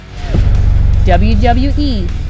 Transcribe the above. WWE